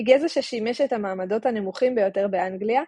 מגזע ששימש את המעמדות הנמוכים ביותר באנגליה,